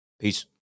Peace